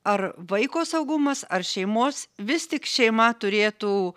ar vaiko saugumas ar šeimos vis tik šeima turėtų